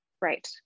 right